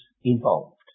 involved